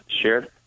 shared